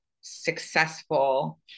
successful